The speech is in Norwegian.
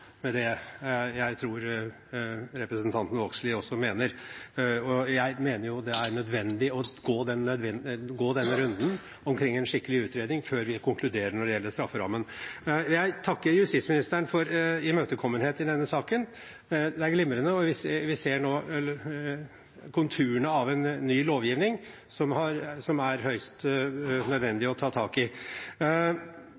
med det jeg tror representanten Vågslid også mener. Jeg mener det er nødvendig å gå runden med å få en skikkelig utredning før vi konkluderer når det gjelder strafferammen. Jeg takker justisministeren for imøtekommenhet i denne saken. Det er glimrende, og vi ser nå konturene av en ny lovgivning, som det er høyst